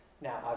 Now